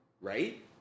right